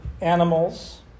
animals